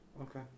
Okay